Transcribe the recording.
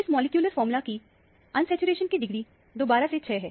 इस मॉलिक्यूलर फार्मूले की अनसैचुरेशन की डिग्री दोबारा से 6 है